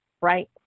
right